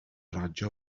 radio